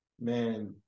Man